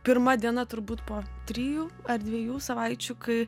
pirma diena turbūt po trijų ar dviejų savaičių kai